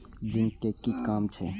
Zinc के कि काम छै?